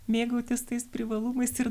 mėgautis tais privalumais ir